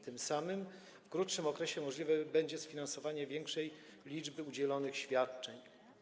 Tym samym w krótszym okresie możliwe będzie sfinansowanie większej liczby udzielonych świadczeń.